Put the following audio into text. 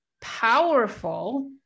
powerful